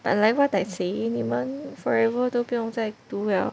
but 你们 forever 都不用再读了